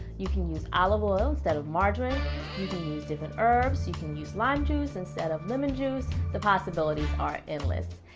you can use olive oil instead of margarine, you can use different herbs, you can use lime juice instead of lemon juice. the possibilities are endless.